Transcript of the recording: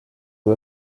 kui